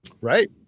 Right